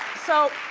so,